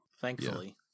thankfully